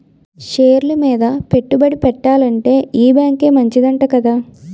షేర్లు మీద పెట్టుబడి ఎట్టాలంటే ఈ బేంకే మంచిదంట కదా